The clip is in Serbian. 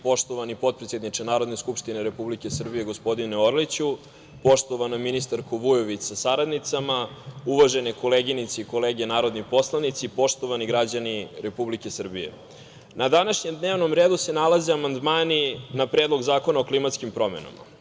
Poštovani potpredsedniče Narodna skupština Republike Srbije gospodine Orliću, poštovana ministarko Vujović sa saradnicama, uvažene koleginice i kolege narodni poslanici, poštovani građani Republike Srbije, na današnjem dnevnom redu se nalaze amandmani na Predlog zakona o klimatskim promenama.